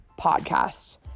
podcast